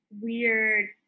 weird